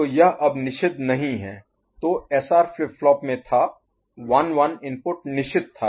तो यह अब निषिद्ध नहीं है जो एसआर फ्लिप फ्लॉप - में था 1 1 इनपुट निषिद्ध था